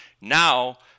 now